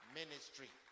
ministry